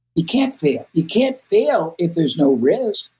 you can't fail. you can't fail if there's no risk.